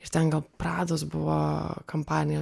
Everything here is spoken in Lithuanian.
ir ten gal prados buvo kampanija